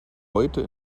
heute